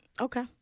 Okay